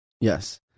Yes